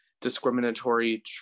discriminatory